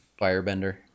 firebender